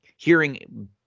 Hearing